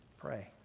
pray